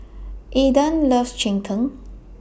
Aydan loves Cheng Tng